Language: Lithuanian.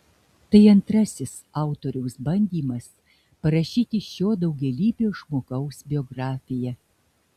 tai antrasis autoriaus bandymas parašyti šio daugialypio žmogaus biografiją